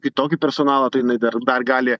kitokį personalą tai jinai dar dar gali